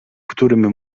którym